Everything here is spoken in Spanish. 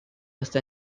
hasta